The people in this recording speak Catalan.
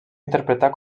interpretar